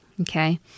Okay